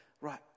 right